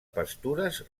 pastures